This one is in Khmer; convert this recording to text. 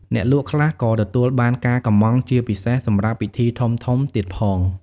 អ្នកលក់ខ្លះក៏ទទួលបានការកម៉្មង់ជាពិសេសសម្រាប់ពិធីធំៗទៀតផង។